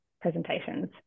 presentations